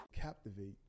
Captivate